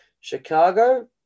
Chicago